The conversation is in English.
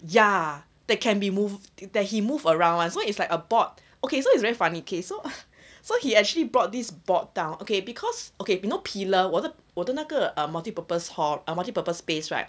ya that can be moved that he moved around one so it's like a board okay so it's very funny okay so so he actually brought this board down okay because okay you know pillar 我的我的那个 multipurpose hall err multipurpose space right